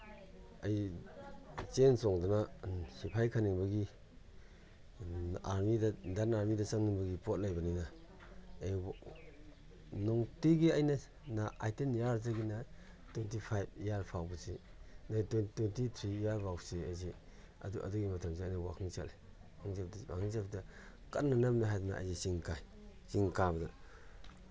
ꯑꯩ ꯆꯦꯟ ꯆꯣꯡꯗꯅ ꯁꯤꯐꯥꯏ ꯈꯟꯅꯤꯡꯕꯒꯤ ꯑꯥꯔꯃꯤꯗ ꯏꯟꯗꯤꯌꯟ ꯑꯥꯔꯃꯤꯗ ꯆꯪꯅꯤꯡꯕꯒꯤ ꯄꯣꯠ ꯂꯩꯕꯅꯤꯅ ꯑꯩ ꯅꯨꯡꯇꯤꯒꯤ ꯑꯩꯅ ꯑꯩꯠꯇꯤꯟ ꯏꯌꯔꯗꯒꯤꯅ ꯇ꯭ꯋꯦꯟꯇꯤ ꯐꯥꯏꯚ ꯏꯌꯔ ꯐꯥꯎꯕꯁꯤ ꯇ꯭ꯋꯦꯟꯇꯤ ꯊ꯭ꯔꯤ ꯏꯌꯔ ꯐꯥꯎꯁꯤ ꯑꯩꯁꯤ ꯑꯗꯨꯒꯤ ꯃꯇꯝꯁꯤꯗ ꯑꯩꯅ ꯋꯥꯛꯀꯤꯡ ꯆꯠꯂꯤ ꯋꯥꯛꯀꯤꯡ ꯆꯠꯄꯗ ꯀꯟꯅꯅꯕꯅꯦ ꯍꯥꯏꯗꯅ ꯑꯩ ꯆꯤꯡ ꯀꯥꯏ ꯆꯤꯡ ꯀꯥꯕꯗ